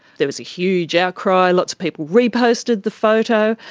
there was a huge outcry, lots of people reposted the photo.